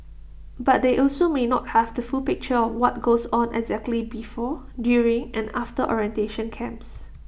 but they also may not have the full picture of what goes on exactly before during and after orientation camps